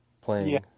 playing